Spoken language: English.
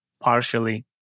partially